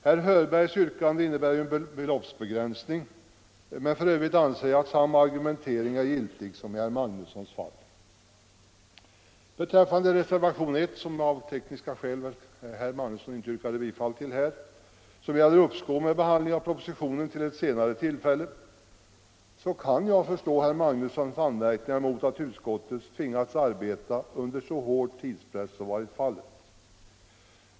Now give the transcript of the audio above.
Herr Hörbergs yrkande innebär ju en beloppsbegränsning, men f. ö. anser jag att samma argumentering är giltig som i herr Magnussons fall. Reservationen 1, som herr Magnusson av tekniska skäl inte yrkade bifall till, gäller uppskov med behandlingen av propositionen till ett senare tillfälle. Jag kan förstå herr Magnussons anmärkningar mot att utskottet tvingats arbeta under så hård tidspress som varit fallet.